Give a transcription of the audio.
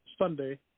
Sunday